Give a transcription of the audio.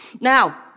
Now